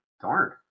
darn